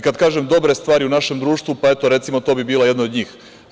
Kada kažem, dobre stvari u našem društvu, pa eto recimo to bih bila jedna od njih.